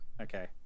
Okay